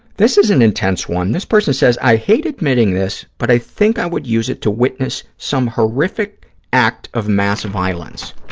this is an intense one. this person says, i hate admitting this, but i think i would use it to witness some horrific act of mass violence.